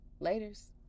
laters